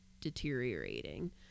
deteriorating